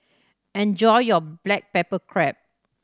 enjoy your black pepper crab